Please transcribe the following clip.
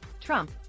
Trump